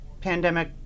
pandemic